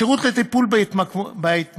השירות לטיפול בהתמכרויות